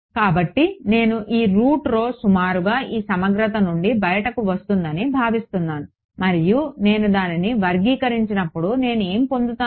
కాబట్టి నేను ఈ రూట్ rho సుమారుగా ఈ సమగ్రత నుండి బయటకు వస్తుందని భావిస్తున్నాను మరియు నేను దానిని వర్గీకరించినప్పుడు నేను ఏమి పొందుతాను